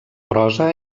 prosa